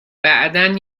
بعدا